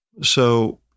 So-